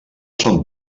són